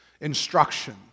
instruction